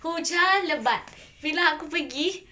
hujan lebat bila aku pergi